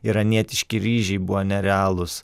iranietiški ryžiai buvo nerealūs